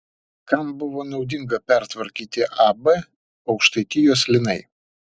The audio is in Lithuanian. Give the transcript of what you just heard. kam buvo naudinga pertvarkyti ab aukštaitijos linai